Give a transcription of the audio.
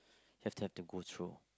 you have to have to go through